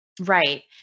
Right